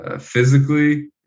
physically